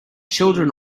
children